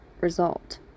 result